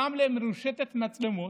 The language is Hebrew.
רמלה מרושתת מצלמות.